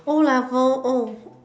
o-levels oh